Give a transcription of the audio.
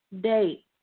date